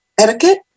etiquette